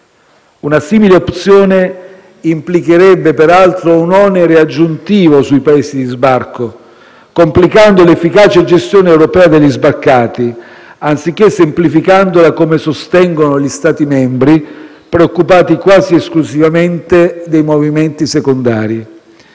una simile opzione implicherebbe, peraltro, un onere aggiuntivo sui Paesi di sbarco, complicando l'efficace gestione europea degli sbarcati, anziché semplificandola, come sostengono gli Stati membri preoccupati quasi esclusivamente dei movimenti secondari.